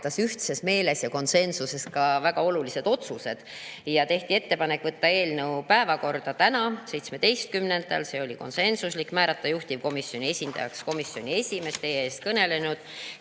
ühtses meeles ja konsensuses ka väga olulised otsused. Tehti ettepanek võtta eelnõu päevakorda täna, 17. [jaanuaril], see oli konsensuslik, määrata juhtivkomisjoni esindajaks komisjoni esimees, teie ees kõnelenud